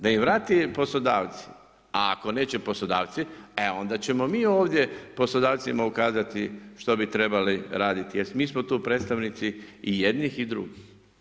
Da im vrate poslodavci, a ako neće poslodavci, onda ćemo mi ovdje poslodavcima ukazati što bi trebali raditi jer mi smo tu predstavnici i jednih i drugih.